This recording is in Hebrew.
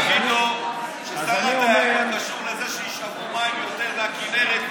תגיד לו ששר התיירות קשור לזה שישאבו מים יותר מהכינרת,